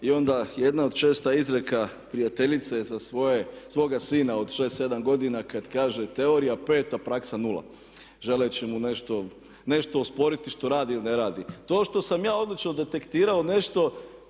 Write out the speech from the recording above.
i onda jedna od čestih izreka prijateljice za svoga sina od 6, 7 godina kada kaže teorija 5 a praksa 0, želeći mu nešto osporiti što radi ili ne radi. To što sam ja odlično detektirao nešto